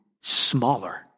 smaller